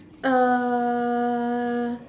uh